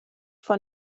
von